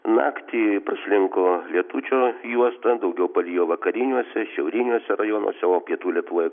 naktį praslinko lietučio juosta daugiau palijo vakariniuose šiauriniuose rajonuose o pietų lietuvoje